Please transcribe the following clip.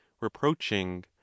reproaching